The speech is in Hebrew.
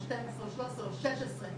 או 12 או 13 או 16,